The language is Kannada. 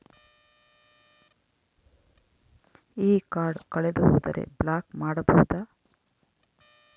ಈ ಕಾರ್ಡ್ ಕಳೆದು ಹೋದರೆ ಬ್ಲಾಕ್ ಮಾಡಬಹುದು?